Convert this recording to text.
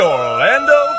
Orlando